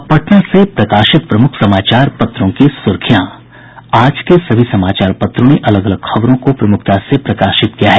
अब पटना से प्रकाशित प्रमुख समाचार पत्रों की सुर्खियां आज के सभी समाचार पत्रों ने अलग अलग खबरों को प्रमुखता से प्रकाशित किया है